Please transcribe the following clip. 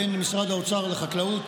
בין משרד האוצר לחקלאות,